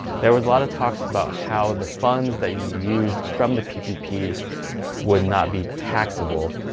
there was a lot of talks about how the funds that you used from the ppp would not be taxable.